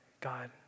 God